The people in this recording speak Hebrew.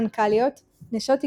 מנכ"ליות, נשות תקשורת,